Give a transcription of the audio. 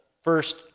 first